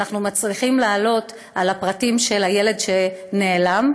ואנחנו מצליחים לעלות על הפרטים של הילד שנעלם,